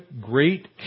great